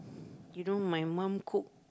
you know my mum cook